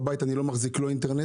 בבית אני לא מחזיק לא אינטרנט,